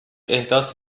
احداث